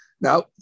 Now